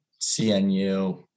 CNU